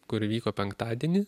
kuri vyko penktadienį